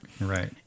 right